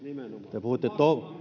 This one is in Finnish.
te puhuitte